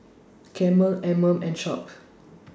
Camel Anmum and Sharp